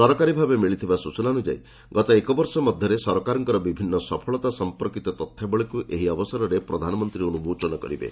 ସରକାରୀ ଭାବେ ମିଳିଥିବା ସ୍କଚନା ଅନ୍ତଯାୟୀ ଗତ ଏକବର୍ଷ ମଧ୍ୟରେ ସରକାରଙ୍କର ବିଭିନ୍ନ ସଫଳତା ସମ୍ପର୍କୀତ ତଥ୍ୟାବଳୀକୁ ଏହି ଅବସରରେ ପ୍ରଧାନମନ୍ତ୍ରୀ ଉନ୍କୋଚନ କରିବେ